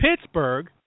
Pittsburgh